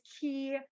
key